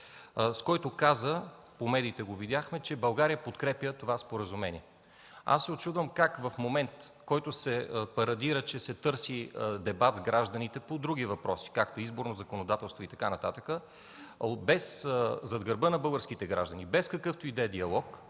Той каза – видяхме го по медиите, че „България подкрепя това споразумение“. Учудвам се как в момент, когато се парадира, че се търси дебат с гражданите по други въпроси – както по изборното законодателство и така нататък, зад гърба на българските граждани, без какъвто и да е диалог,